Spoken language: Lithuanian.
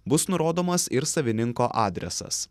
bus nurodomas ir savininko adresas